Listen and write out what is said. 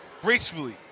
gracefully